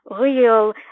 real